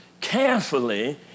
carefully